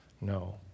No